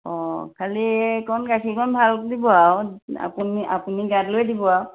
অঁ খালি এইকণ গাখীৰকণ ভাল দিব আৰু আপুনি আপুনি গাত লৈ দিব আৰু